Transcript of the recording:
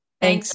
thanks